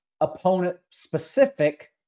opponent-specific